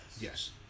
Yes